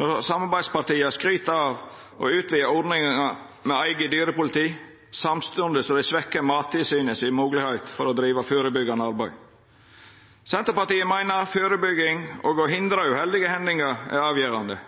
når samarbeidspartia skryter av å ha utvida ordninga med eige dyrepoliti, samstundes som dei svekkjer Mattilsynets moglegheit til å driva førebyggjande arbeid. Senterpartiet meiner førebygging og å hindra uheldige hendingar er avgjerande.